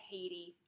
Haiti